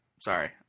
Sorry